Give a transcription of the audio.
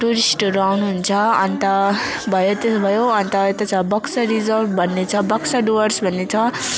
टुरिस्टहरू आउनु हुन्छ अन्त भयो त्यो भयो अन्त हो त्यो छ बक्सा रिजर्भ भन्ने छ बक्सा डुवर्स भन्ने छ